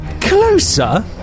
Closer